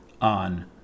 on